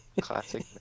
Classic